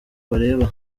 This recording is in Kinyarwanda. bareba